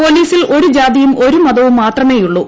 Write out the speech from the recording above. പോലീസിൽ ഒരു ജാതിയും ഒരു മതവും മാത്രമേയുള്ളൂ